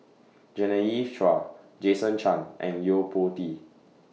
Genevieve Chua Jason Chan and Yo Po Tee